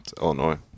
Illinois